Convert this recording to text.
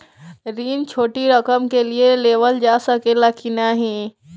ऋण छोटी रकम के लिए लेवल जा सकेला की नाहीं?